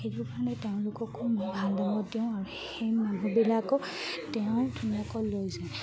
সেইটো কাৰণে তেওঁলোককো মই ভাল লগা তেওঁ আৰু সেই মানুহবিলাকক তেওঁ ধুনীয়াকৈ লৈ যায়